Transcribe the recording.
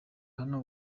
hano